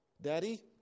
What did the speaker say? Daddy